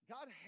God